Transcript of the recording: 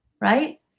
right